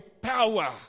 power